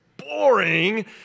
boring